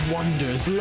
Wonders